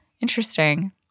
Interesting